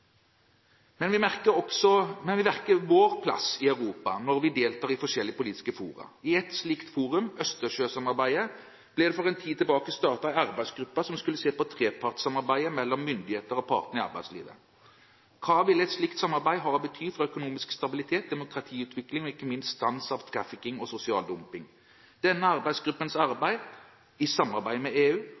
Vi merker vår plass i Europa når vi deltar i forskjellige politiske fora. I et slikt forum, Østersjøsamarbeidet, ble det for en tid tilbake startet en arbeidsgruppe som skulle se på trepartssamarbeidet mellom myndigheter og partene i arbeidslivet. Hva ville et slikt samarbeid bety for økonomisk stabilitet, demokratiutvikling og ikke minst stans av trafficking og sosial dumping? Denne arbeidsgruppens arbeid i samarbeid med EU